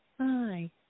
Hi